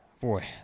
boy